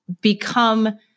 become